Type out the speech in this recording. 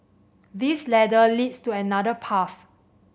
this ladder leads to another path